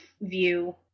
view